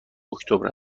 اکتبر